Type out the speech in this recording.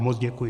Moc děkuji.